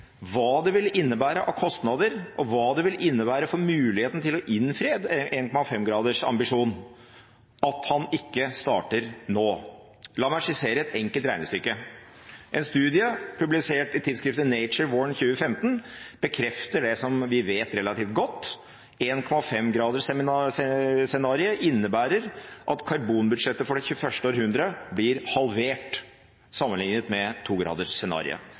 hva det vil innebære av kostnader, og hva det vil innebære for muligheten til å innfri 1,5-gradersambisjonen, at han ikke starter nå? La meg skissere et enkelt regnestykke. En studie publisert i tidsskriftet Nature våren 2015 bekrefter det som vi vet relativt godt: 1,5-gradersscenarioet innebærer at karbonbudsjettet for det 21. århundre blir halvert sammenlignet med